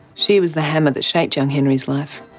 she was the hammer that shaped young henry's life,